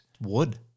Wood